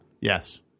Yes